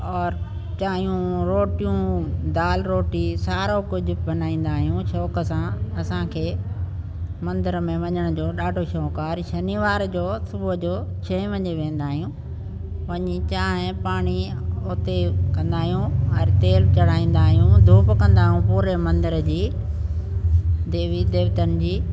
और चांहियूं रोटियूं दालि रोटी सारो कुझु बनाईंदा आहियूं शौंकु सां असांखे मंदिर में वञण जो ॾाढो शौंकु आहे शनिवार जो सुबुह जो छह वजे वेंदा आहियूं वञी चांहि पाणी उते कंदा आहियूं और तेल चढ़ाईंदा आहियूं धूप कंदा आहियूं पूरे मंदिर जी देवी देवतनि जी